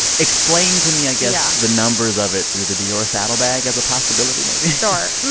explain to me, i guess. yeah. the numbers of it through the dior saddlebag as a possibility, maybe? sure